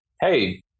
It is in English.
hey